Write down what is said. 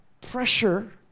pressure